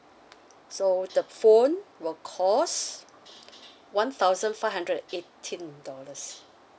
so the phone will cost one thousand five hundred and eighteen dollars